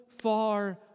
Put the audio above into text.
far